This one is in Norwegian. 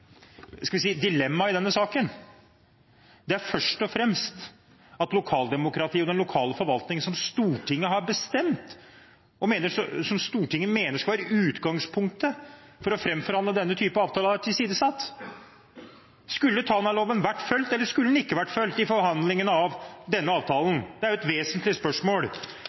dilemmaet i denne saken, er først og fremst at lokaldemokratiet og den lokale forvaltningen som Stortinget har bestemt, som Stortinget mener skal være utgangspunktet for å framforhandle denne typen avtale, har vært tilsidesatt. Skulle Tanaloven vært fulgt eller skulle den ikke vært fulgt i forhandlingene av denne avtalen? Det er et vesentlig spørsmål.